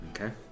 Okay